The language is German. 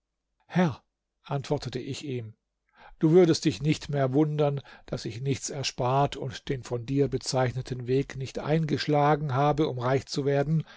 herr antwortete ich ihm du würdest dich nicht mehr wundem daß ich nichts erspart und den von dir bezeichneten weg nicht eingeschlagen habe um reich zu werden